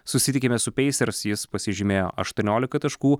susitikime su peisers jis pasižymėjo aštuoniolika taškų